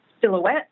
silhouette